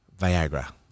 Viagra